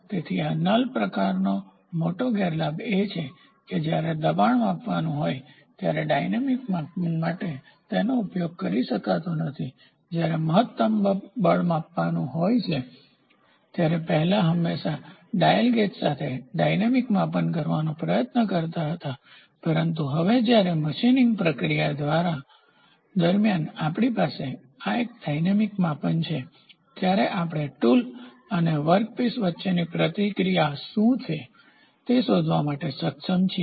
તેથી આ નલ પ્રકારનો મોટો ગેરલાભ એ છે કે જ્યારે દબાણ માપવાનું હોય ત્યારે ડાયનેમીકગતિશીલ માપન માટે તેનો ઉપયોગ કરી શકાતો નથી જ્યારે મહત્તમ બળ માપવાનું હોય ત્યારે પહેલા હંમેશાં ડાયલ ગેજ સાથે ડાયનેમીકગતિશીલ માપન કરવાનો પ્રયત્ન કરતાં હતા પરંતુ હવે જ્યારે મશીનિંગની પ્રક્રિયા દરમિયાન આપણી પાસે આ ડાયનેમીકગતિશીલ માપન છે ત્યારે આપણે ટૂલ અને વર્કપીસ વચ્ચેની ક્રિયાપ્રતિક્રિયા શું છે તે શોધવા માટે સક્ષમ છીએ